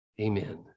amen